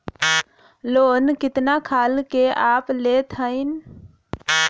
Loan कितना खाल के आप लेत हईन?